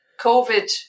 covid